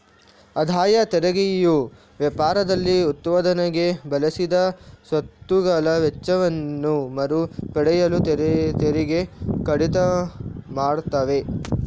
ಆದಾಯ ತೆರಿಗೆಯು ವ್ಯಾಪಾರದಲ್ಲಿ ಉತ್ಪಾದನೆಗೆ ಬಳಸಿದ ಸ್ವತ್ತುಗಳ ವೆಚ್ಚವನ್ನ ಮರು ಪಡೆಯಲು ತೆರಿಗೆ ಕಡಿತ ಮಾಡ್ತವೆ